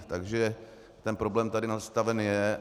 Takže ten problém tady nastaven je.